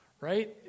Right